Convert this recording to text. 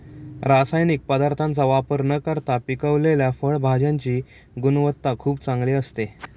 रासायनिक पदार्थांचा वापर न करता पिकवलेल्या फळभाज्यांची गुणवत्ता खूप चांगली असते